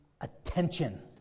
attention